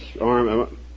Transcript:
arm